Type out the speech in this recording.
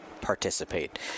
participate